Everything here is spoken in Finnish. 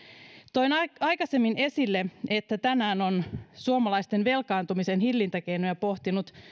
toin aikaisemmin esille että tänään on suomalaisten velkaantumisen hillintäkeinoja pohtinut